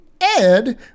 Ed